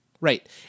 Right